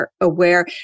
aware